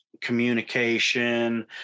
communication